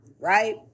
right